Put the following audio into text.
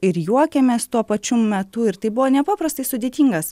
ir juokėmės tuo pačiu metu ir tai buvo nepaprastai sudėtingas